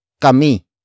kami